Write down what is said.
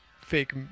fake